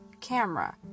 camera